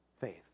faith